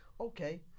okay